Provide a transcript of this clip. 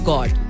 God